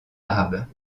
arabe